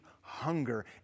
hunger